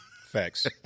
Facts